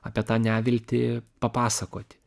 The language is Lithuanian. apie tą neviltį papasakoti